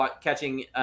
catching